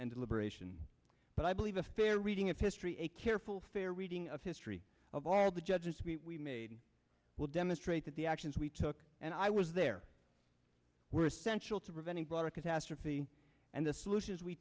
and deliberation but i believe a fair reading of history a careful fair reading of history of all the judges we made will demonstrate that the actions we took and i was there were essential to preventing broader catastrophe and the solutions we